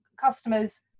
customers